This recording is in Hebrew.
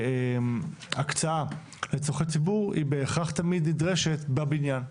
הקצאה לצרכי ציבור היא בהכרח תמיד נדרשת בבניין.